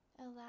Allow